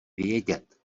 vědět